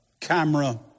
camera